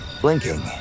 Blinking